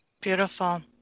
Beautiful